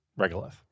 regolith